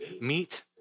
meet